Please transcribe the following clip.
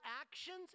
actions